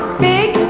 big